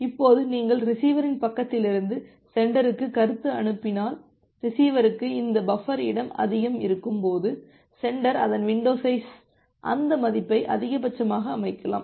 இப்போது நீங்கள் ரிசீவரின் பக்கத்திலிருந்து சென்டருக்கு கருத்து அனுப்பினால் ரிசீவருக்கு இந்த பஃபர் இடம் அதிகம் இருக்கும்போது சென்டர் அதன் வின்டோ சைஸ் அந்த மதிப்பை அதிகபட்சமாக அமைக்கலாம்